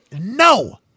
no